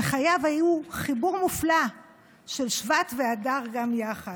שחייו היו חיבור מופלא של שבט ואדר גם יחד.